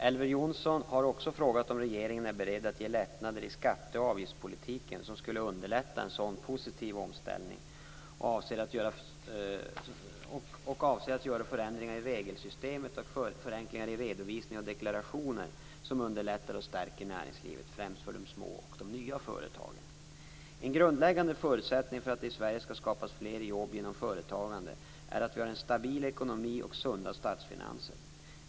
Elver Jonsson har också frågat om regeringen är beredd att ge lättnader i skatte och avgiftspolitiken som skulle underlätta en sådan positiv omställning och om regeringen avser att göra förändringar i regelsystemet och förenklingar i redovisning och deklaration som underlättar för och stärker näringslivet, främst för de små och nya företagen. En grundläggande förutsättning för att det i Sverige skall skapas fler jobb genom företagande är att vi har en stabil ekonomi och sunda statsfinanser.